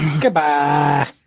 goodbye